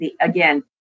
again